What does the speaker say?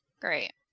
great